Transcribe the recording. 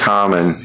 Common